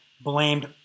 blamed